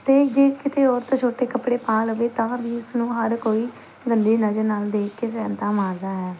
ਅਤੇ ਜੇ ਕਿਤੇ ਔਰਤ ਛੋਟੇ ਕੱਪੜੇ ਪਾ ਲਵੇ ਤਾਂ ਵੀ ਉਸ ਨੂੰ ਹਰ ਕੋਈ ਗੰਦੀ ਨਜ਼ਰ ਨਾਲ ਦੇਖ ਕੇ ਸੈਨਤਾ ਮਾਰਦਾ ਹੈ